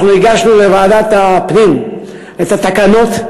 הגשנו לוועדת הפנים את התקנות,